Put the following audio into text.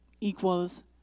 equals